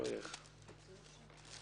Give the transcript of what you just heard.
חוק הבוררות (תיקון מס' 4)